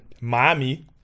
Miami